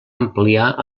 ampliar